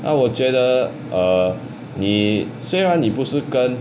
但我觉得:dann wo jue de err 你虽然你不是跟